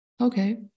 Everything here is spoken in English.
Okay